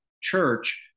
church